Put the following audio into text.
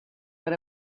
that